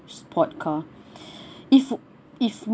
sport car if if